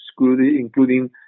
including